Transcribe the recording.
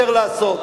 יותר לעשות.